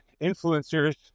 influencers